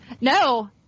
No